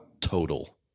total